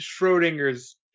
Schrodinger's